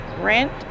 rent